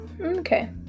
Okay